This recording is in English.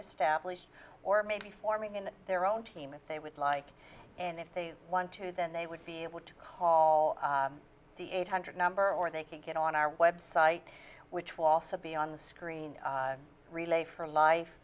established or maybe forming in their own team if they would like and if they want to then they would be able to call the eight hundred number or they can get on our website which will also be on the screen relay for life